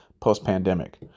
post-pandemic